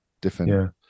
different